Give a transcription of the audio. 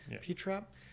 P-trap